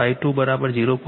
8 પછી sin2 0